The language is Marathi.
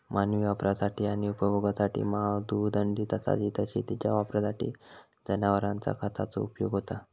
मानवी वापरासाठी आणि उपभोगासाठी मांस, दूध, अंडी तसाच इतर शेतीच्या वापरासाठी जनावरांचा खताचो उपयोग होता